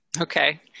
Okay